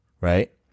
right